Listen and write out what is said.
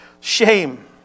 shame